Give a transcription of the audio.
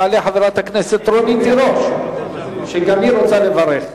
תעלה חברת הכנסת רונית תירוש, שגם היא רוצה לברך.